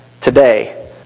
today